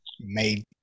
made